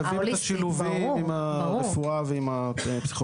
חייבים את השילובים עם הרפואה ועם הפסיכולוגיה.